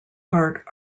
part